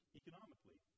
economically